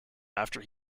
after